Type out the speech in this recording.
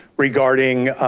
regarding